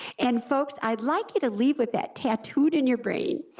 and folks, i'd like you to leave with that tattooed in your brain,